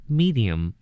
medium